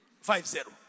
Five-zero